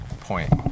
point